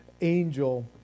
angel